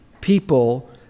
people